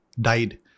died